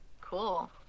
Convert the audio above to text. Cool